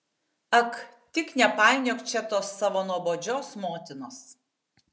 ak tik nepainiok čia tos savo nuobodžios motinos